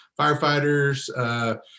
firefighters